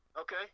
Okay